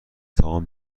توان